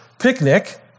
picnic